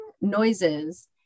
noises